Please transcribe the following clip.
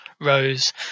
Rose